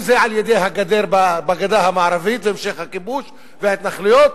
אם זה על-ידי הגדר בגדה המערבית והמשך הכיבוש וההתנחלויות,